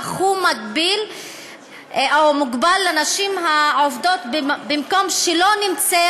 אך הוא מוגבל לנשים העובדות במקום שלא נמצא